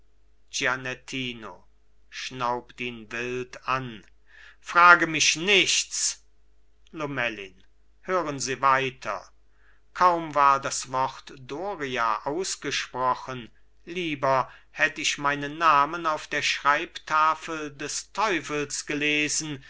gianettino schnaubt ihn wild an frage mich nichts lomellin hören sie weiter kaum war das wort doria ausgesprochen lieber hätt ich meinen namen auf der schreibtafel des teufels gelesen